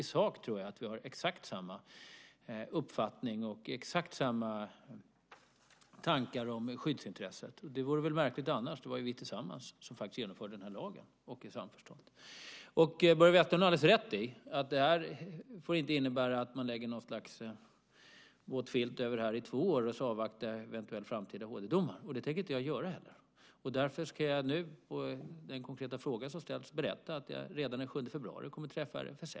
I sak tror jag att vi har exakt samma uppfattning och exakt samma tankar om skyddsintresset. Det vore väl märkligt annars - det var ju vi tillsammans som genomförde lagen i samförstånd. Börje Vestlund har alldeles rätt i att detta inte får innebära att man lägger något slags våt filt över det här i två år och sedan eventuellt avvaktar framtida HD-domar. Det tänker jag inte heller göra. Därför ska jag nu som svar på den konkreta fråga som ställts berätta att jag redan den 7 februari kommer att träffa RFSL.